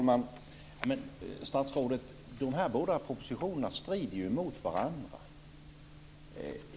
Herr talman! Men de här båda propositionerna strider ju mot varandra.